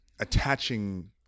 attaching